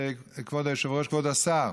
כבוד היושב-ראש, כבוד השר: